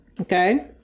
okay